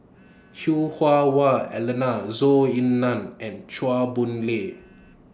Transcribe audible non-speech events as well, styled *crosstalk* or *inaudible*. *noise* *unintelligible* Hah Wah Elena Zhou Ying NAN and Chua Boon Lay